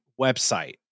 website